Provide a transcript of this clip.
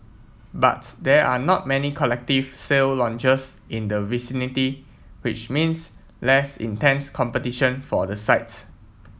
but there are not many collective sale launches in the vicinity which means less intense competition for the site